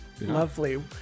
lovely